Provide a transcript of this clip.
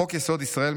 "חוק-יסוד: ישראל,